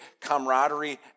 camaraderie